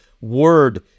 word